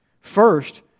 First